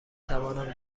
توانم